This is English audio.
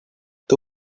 the